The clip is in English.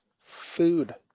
Food